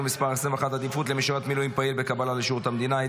מס' 21) (עדיפות למשרת מילואים פעיל בקבלה לשירות המדינה),